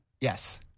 Yes